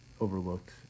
overlooked